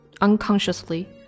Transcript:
unconsciously